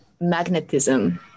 magnetism